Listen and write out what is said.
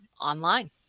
online